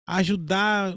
ajudar